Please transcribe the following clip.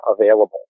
available